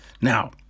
Now